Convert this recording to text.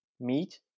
meat